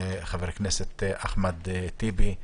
חבר הכנסת אחמד טיבי,